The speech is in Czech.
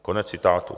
Konec citátu.